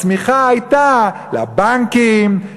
הצמיחה הייתה לבנקים,